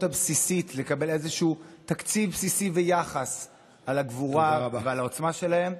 הבסיסית לקבל איזשהו תקציב בסיסי ויחס על הגבורה ועל העוצמה שלהם,